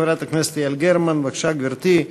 חברת הכנסת יעל גרמן, בבקשה, גברתי.